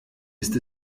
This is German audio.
ist